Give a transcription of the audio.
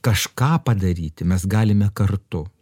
kažką padaryti mes galime kartu